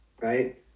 right